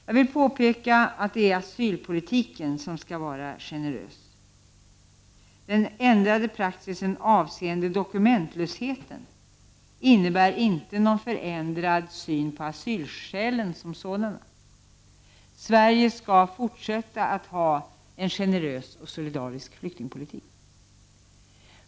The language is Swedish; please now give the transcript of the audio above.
Jag vill påpeka att det är asylpolitiken som skall vara generös. Den ändrade praxis avseende dokumentlösheten innebär inte någon förändrad syn på asylskälen som sådana. Sverige skall fortsätta att ha en generös och solidarisk flyktingpolitik.